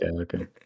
Okay